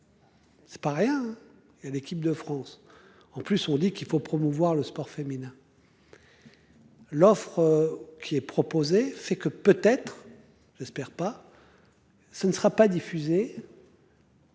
C'est pas rien. Et l'équipe de France. En plus, on dit qu'il faut promouvoir le sport féminin. L'offre qui est proposé fait que peut-être. J'espère pas. Ce ne sera pas diffusé.